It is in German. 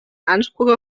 anspruch